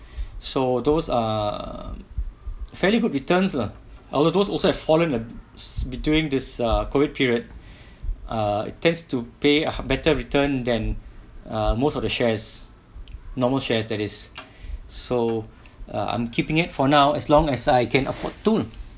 so those are fairly good returns lah although those also have fallen between this ah COVID period ah it takes to pay better return than ah most of the shares normal shares that is so ah I'm keeping it for now as long as I can afford to